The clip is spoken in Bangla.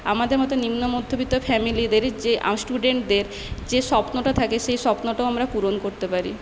আমাদের মতো নিম্নমধ্যবিত্ত ফ্যামিলিদের যে স্টুডেন্টদের যে স্বপ্নটা থাকে সেই স্বপ্নটাও আমরা পূরণ করতে পারি